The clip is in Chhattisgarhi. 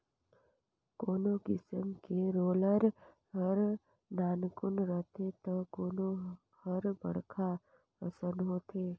कोनो किसम के रोलर हर नानकुन रथे त कोनो हर बड़खा असन होथे